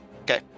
Okay